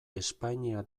espainia